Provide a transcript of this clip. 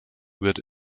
wird